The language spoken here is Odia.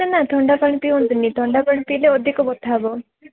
ନାଁ ନାଁ ଥଣ୍ଡା ପାଣି ପିଅନ୍ତୁନି ଥଣ୍ଡା ପାଣି ପିଇଲେ ଅଧିକ ବଥା ହେବ